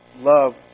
Love